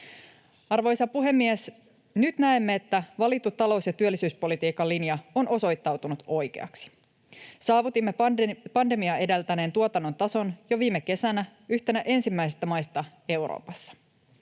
Arvoisa puhemies! Nyt näemme, että valittu talous- ja työllisyyspolitiikan linja on osoittautunut oikeaksi. Saavutimme pandemiaa edeltäneen tuotannon tason jo viime kesänä, yhtenä ensimmäisistä maista Euroopassa.